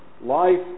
Life